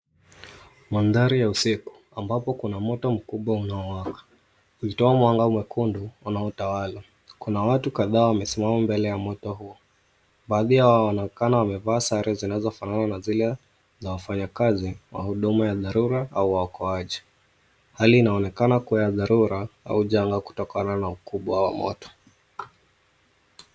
Mandhari ya usiku ambapo kuna moto mkubwa unaowaka ukitoa mwanga mwekundu unaotawala. Kuna watu kadhaa wamesimama mbele ya moto huo. Baadhi Yao wanaonekana wamevaa sare zinazofanana na wafanyakazi wa huduma za dharura na waokoaji. Hali inaonekana kuwa ya dharura au janga kutokana na ukubwa wa Moto.